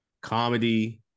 comedy